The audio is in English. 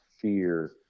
fear